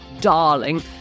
darling